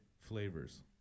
flavors